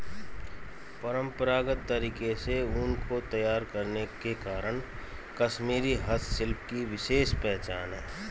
परम्परागत तरीके से ऊन को तैयार करने के कारण कश्मीरी हस्तशिल्प की विशेष पहचान है